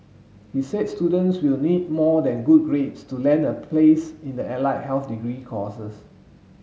he said students will need more than good grades to land a place in the allied health degree courses